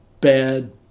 bad